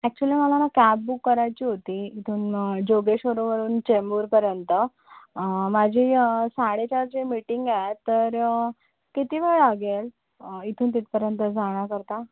actually मला न cab book करायची होती इथून जोगेश्वरीवरून चेंबूरपर्यंत माझी साडेचारची मीटिंग आहे तर किती वेळ लागेल इथून तिथपर्यंत जाण्याकरता